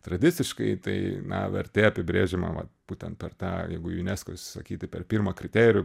tradiciškai tai na vertė apibrėžiama va būtent per tą jeigu unesco sakyti per pirmą kriterijų